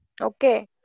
okay